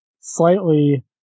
slightly